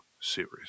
series